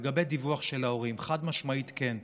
לגבי דיווח של ההורים, חד-משמעית כן.